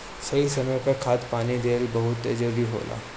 सही समय पर खाद पानी देहल बड़ा जरूरी होला